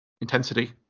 intensity